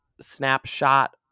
snapshot